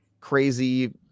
crazy